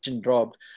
dropped